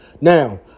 Now